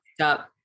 up